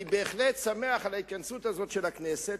אני בהחלט שמח על ההתכנסות הזאת של הכנסת,